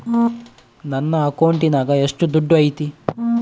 ನನ್ನ ಅಕೌಂಟಿನಾಗ ಎಷ್ಟು ದುಡ್ಡು ಐತಿ?